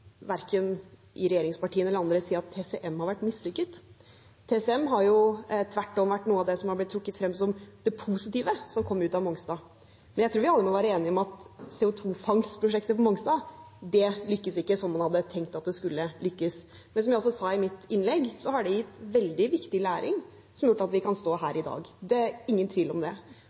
verken i regjeringspartiene eller andre si at TCM har vært mislykket. TCM har tvert om vært noe av det som har blitt trukket frem som det positive som kom ut av Mongstad, men jeg tror vi alle må være enige om at CO 2 -fangstprosjektet på Mongstad lyktes ikke som man hadde tenkt at det skulle lykkes. Men som jeg også sa i mitt innlegg, har det gitt veldig viktig læring, som har gjort at vi kan stå her i dag. Det er ingen tvil om det.